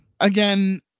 Again